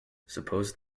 suppose